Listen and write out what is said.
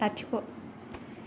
लाथिख'